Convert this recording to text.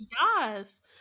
Yes